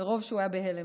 מרוב שהוא היה בהלם.